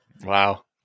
Wow